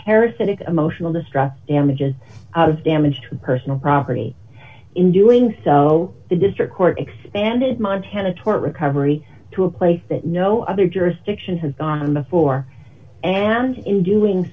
parasitic emotional distress images of damaged personal property in doing so the district court expanded montana toward recovery to a place that no other jurisdiction has gone before and in doing